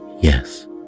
Yes